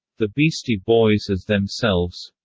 the beastie boys as themselves